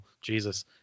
Jesus